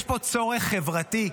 יש פה צורך חברתי.